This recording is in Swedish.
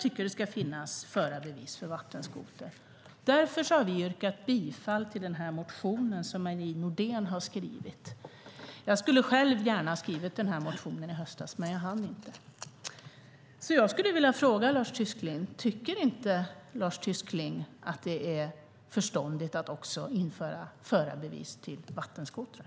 Det ska finnas förarbevis för vattenskoter. Därför har vi yrkat bifall till den motion som Marie Nordén har skrivit. Jag hade gärna själv skrivit den motionen i höstas, men jag hann inte. Tycker inte Lars Tysklind att det är förståndigt att införa förarbevis också för vattenskotrar?